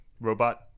robot